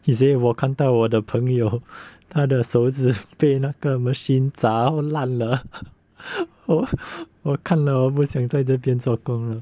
he say 我看到我的朋友他的手指被那个 machine 榨到烂了我我看了我不想在这边做工